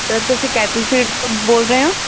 sir ਤੁਸੀਂ cattle feed ਤੋਂ ਬੋਲ ਰਹੇ ਹੋ